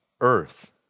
earth